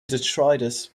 detritus